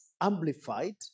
amplified